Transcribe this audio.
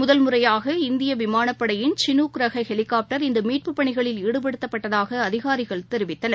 முதல் முறையாக இந்திய விமானப்படையின் சீனுக் ஹெலிகாப்டர் இந்த மீட்புப் பணிகளில் ஈடுபடுத்தப்பட்டதாக அதிகாரிகள் தெரிவித்தனர்